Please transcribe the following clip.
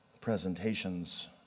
presentations